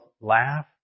laugh